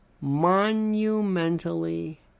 monumentally